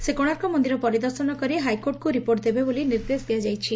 ସେ କୋଶାର୍କ ମନିର ପରିଦର୍ଶନ କରି ହାଇକୋର୍ଟଙ୍ଙୁ ରିପୋର୍ଟ ଦେବେ ବୋଲି ନିର୍ଦ୍ଦେଶ ଦିଆଯାଇଛି